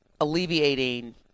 alleviating